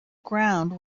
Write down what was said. ground